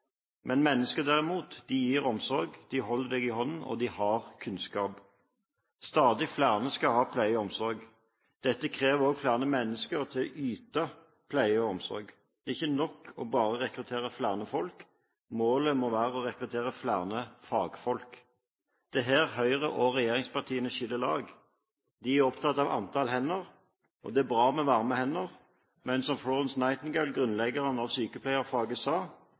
Mennesker, derimot, gir omsorg, de holder deg i hånden, og de har kunnskap. Stadig flere skal ha pleie og omsorg. Dette krever også flere mennesker til å yte pleie og omsorg. Det er ikke nok bare å rekruttere flere folk, målet må være å rekruttere flere fagfolk. Det er her Høyre og regjeringspartiene skiller lag. De er opptatt av antall hender, og det er bra med varme hender, men som Florence Nightingale, grunnleggeren av sykepleierfaget, sa: